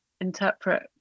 interpret